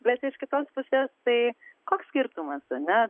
bet iš kitos pusės tai koks skirtumas ane